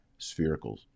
sphericals